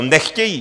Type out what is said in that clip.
Nechtějí.